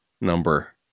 number